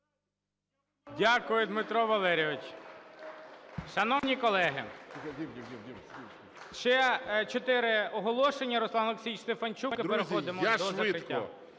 Дякую, Дмитро Валерійович. Шановні колеги, ще чотири оголошення, Руслан Олексійович Стефанчук, і переходимо до закриття.